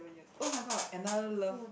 oh-my-god another love